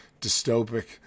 dystopic